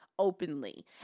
openly